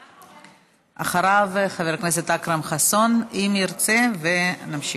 אחריו, חבר הכנסת אכרם חסון, אם ירצה, ונמשיך.